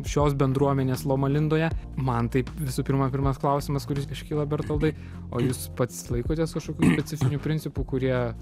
šios bendruomenės loma lindoje man taip visų pirma pirmas klausimas kuris iškyla bertoldai o jūs pats laikotės kažkokių specifinių principų kurie